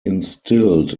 instilled